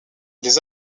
les